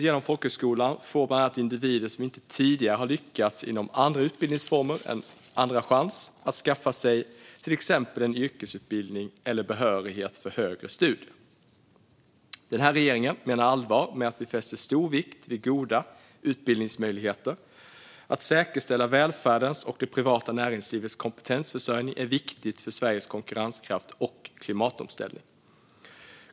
Genom folkhögskolan får bland annat individer som inte tidigare har lyckats inom andra utbildningsformer en andra chans att skaffa sig till exempel en yrkesutbildning eller behörighet för högre studier. Regeringen menar allvar med att vi fäster stor vikt vid goda utbildningsmöjligheter. Att säkerställa välfärdens och det privata näringslivets kompetensförsörjning är viktigt för Sveriges konkurrenskraft och klimatomställning.